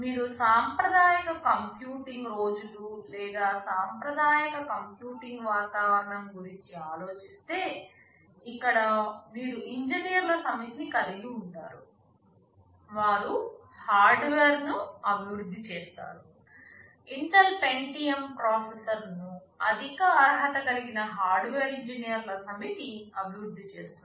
మీరు సాంప్రదాయిక కంప్యూటింగ్ రోజులు లేదా సాంప్రదాయ కంప్యూటింగ్ వాతావరణం గురించి ఆలోచిస్తే ఇక్కడ మీరు ఇంజనీర్ల సమితిని కలిగి ఉంటారు వారు హార్డ్వేర్ను అభివృద్ధి చేస్తారు ఇంటెల్ పెంటియమ్ ప్రాసెసర్Inelpentium processorను అధిక అర్హత కలిగిన హార్డ్వేర్ ఇంజనీర్ల సమితి అభివృద్ధి చేస్తుంది